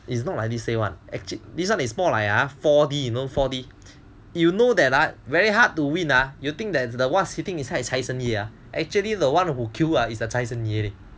it's not like this say [one] this one is more like four D you know four D you know that ah very hard to win ah you think that the what sitting beside is 财神爷 actually the one who queue lah is the 财神爷